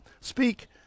speak